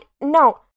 no